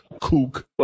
kook